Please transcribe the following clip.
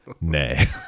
Nay